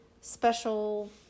special